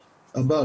הבא,